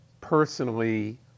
personally